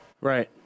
Right